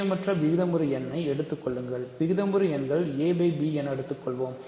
பூஜ்ஜியமற்ற விகிதமுறு எண்ணை எடுத்துக் கொள்ளுங்கள் விகிதமுறு எண்களை ab என எடுத்துக்கொள்வோம்